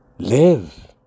Live